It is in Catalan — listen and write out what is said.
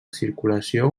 circulació